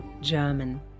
German